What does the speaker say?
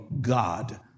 God